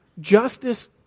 Justice